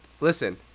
listen